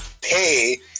pay